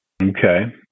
Okay